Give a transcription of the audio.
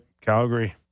Calgary